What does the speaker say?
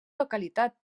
localitat